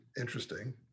interesting